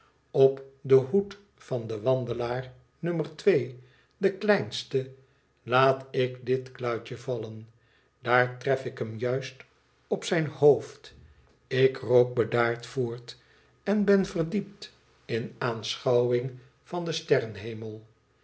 op den hoed van den wandelaar nummer twee den kleinsten laat ik dit kluitje vallen daar tref ik hem juist op zijn hoofd ik rook bedaard voort en ben verdiept in aanschouwing van den